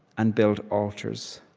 and build altars.